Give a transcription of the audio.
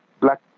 black